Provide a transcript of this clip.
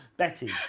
Betty